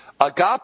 Agape